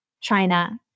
China